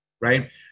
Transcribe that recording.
right